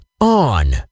On